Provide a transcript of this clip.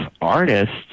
artists